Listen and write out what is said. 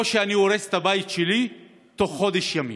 או שאני הורס את הבית שלי תוך חודש ימים.